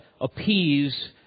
appease